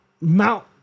Mount